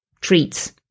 treats